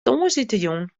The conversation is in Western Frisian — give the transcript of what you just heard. tongersdeitejûn